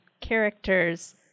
characters